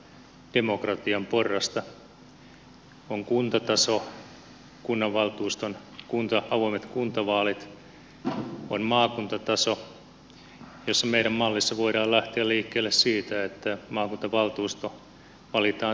on kuntataso kunnanvaltuuston avoimet kuntavaalit on maakuntataso ja meidän mallissamme voidaan lähteä liikkeelle siitä että maakuntavaltuusto valitaan suoralla kansanvaalilla